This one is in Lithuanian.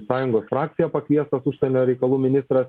sąjungos frakciją pakviestas užsienio reikalų ministras